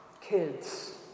Kids